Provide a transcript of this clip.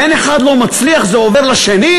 בן אחד לא מצליח, זה עובר לשני?